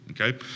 okay